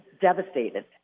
devastated